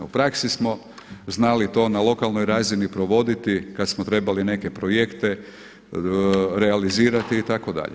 U praksi smo znali to na lokalnoj razini provoditi kad smo trebali neke projekte realizirati itd.